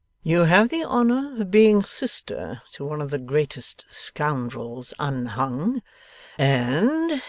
you have the honour of being sister to one of the greatest scoundrels unhung and,